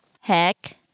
Heck